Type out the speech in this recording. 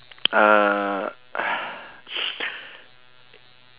uh